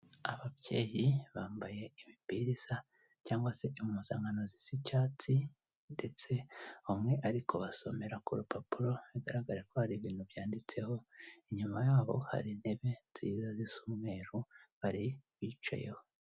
Ababyeyi bambaye imipira isa cyangwa se impuzankano zisa icyatsi, ndetse umwe ari kubasomera ku rupapuro, bigaragare ko hari ibintu byanditseho, inyuma y'abo hari intebe nziza zisa umweru, bari bicayeho.